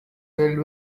filled